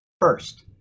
first